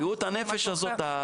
בריאות הנפש הזאת,